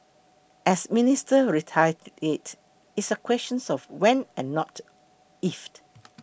as Minister reiterated it's a questions of when and not if